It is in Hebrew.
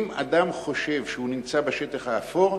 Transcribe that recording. אם אדם חושב שהוא נמצא בשטח האפור,